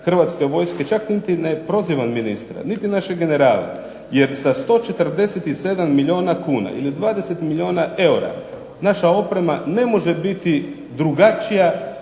Hrvatske vojske, čak niti ne prozivam ministra, niti naše generale, jer sa 147 milijuna kuna ili 20 milijuna eura, naša oprema ne može biti drugačija